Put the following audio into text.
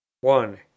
one